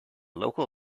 local